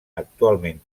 actualment